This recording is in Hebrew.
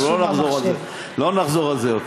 נרשמתי לפניו,